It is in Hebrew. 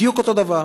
בדיוק אותו דבר.